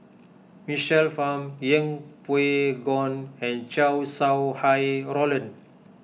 Michael Fam Yeng Pway Ngon and Chow Sau Hai Roland